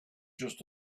just